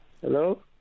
Hello